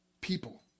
people